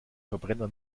verbrenner